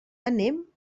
anem